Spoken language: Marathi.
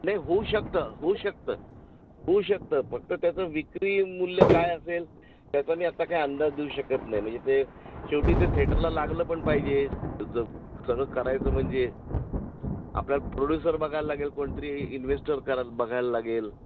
नाही होऊ शकतं होऊ शकतं होऊ शकतं होऊ शकतं फक्त त्याचं विक्रीमूल्य काय असेल त्याचा मी आत्ता काय अंदाज देऊ शकत नाही म्हणजे ते शेवटी ते थिएटरला लागलं पण पाहिजे ज सगळं करायचं म्हणजे आपल्याला प्रोड्युसर बघायला लागेल कोणतरी इन्व्हेस्टर करायला बघायला लागेल